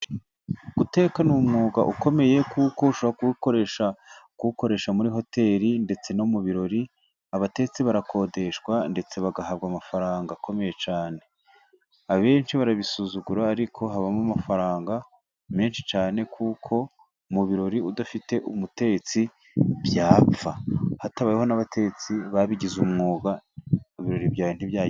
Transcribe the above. Guteka ni umwuga ukomeye kuko ushobora kuwukoresha muri hoteli ndetse no mu birori abatetsi barakodeshwa ndetse bagahabwa amafaranga akomeye cyane . Abenshi barabisuzugura ariko habamo amafaranga menshi cyane kuko mu birori udafite umutetsi byapfa. Hatabayeho n'abatetsi babigize umwuga mu birori byawe ntibyagenda.